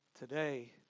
Today